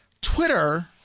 Twitter